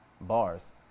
Bars